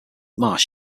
marsh